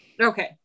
Okay